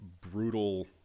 brutal